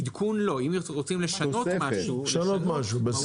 עדכון לא, אם רוצים לשנות משהו מהותית.